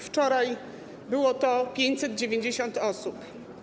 Wczoraj było to 590 osób.